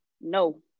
no